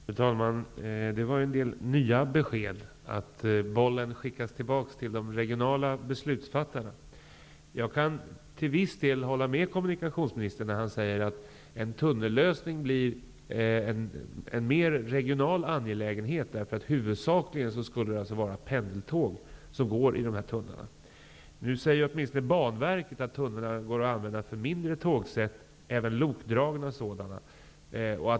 Fru talman! Det var en del nya besked, att bollen skickas tillbaka till de regionala beslutsfattarna. Jag kan till viss del hålla med kommunikationsministern när han säger att en tunnellösning blir en mer regional angelägenhet därför att det huvudsakligen skulle vara pendeltåg som går i denna tunnel. Nu säger åtminstone Banverket att tunneln går att använda för mindre tågsätt, även lokdragna sådana.